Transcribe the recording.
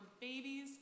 babies